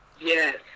yes